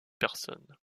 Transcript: personnes